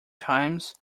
times